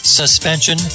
suspension